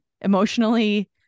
emotionally